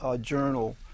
Journal